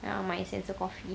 ya my sense of coffee